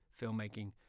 filmmaking